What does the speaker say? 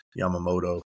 Yamamoto